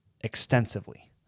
extensively